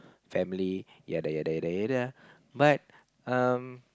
family yea de yea de yea de yea de but um